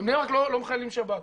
בבני ברק לא מחללים שבת.